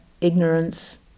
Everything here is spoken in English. ignorance